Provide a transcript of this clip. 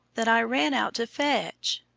that i ran out to fetch.